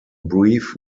brief